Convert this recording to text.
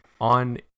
on